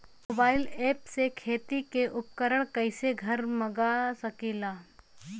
Mobile ऐपसे खेती के उपकरण कइसे घर मगा सकीला?